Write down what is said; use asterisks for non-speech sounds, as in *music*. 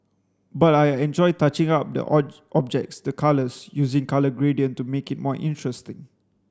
but I enjoy touching up the *unintelligible* objects the colours using colour gradient to make it more interesting